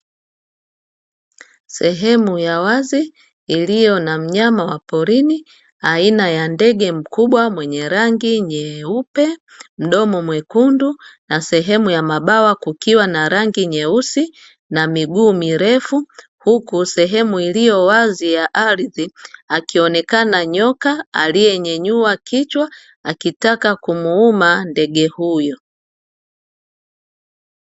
Sehemu ya wazi iliyo na mnyama wa porini aina ya ndege mkubwa mwenye rangi nyeupe, mdomo mwekundu na sehemu ya mabawa kukiwa na rangi nyeusi na miguu mirefu, huku sehemu iliyo wazi ya ardhi akionekana nyoka aliyenyanyua kichwa akitaka kumuuma ndege huyo.